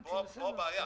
זאת הבעיה.